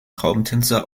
traumtänzer